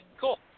cool